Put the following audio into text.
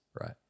Right